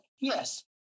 yes